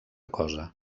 cosa